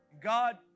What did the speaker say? God